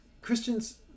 Christians